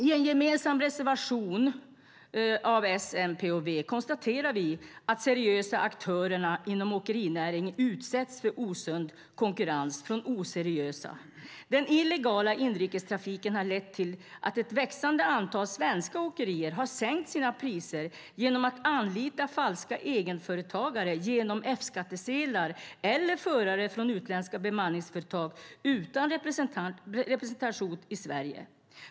I en gemensam reservation av S, MP och V konstaterar vi att de seriösa aktörerna inom åkerinäringen utsätts för osund konkurrens från de oseriösa. Den illegala inrikestrafiken har lett till att ett växande antal svenska åkerier har sänkt sina priser genom att anlita falska egenföretagare genom F-skattsedlar eller förare från utländska bemanningsföretag utan representation i Sverige.